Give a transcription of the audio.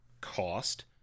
cost